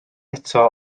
eto